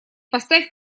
поставь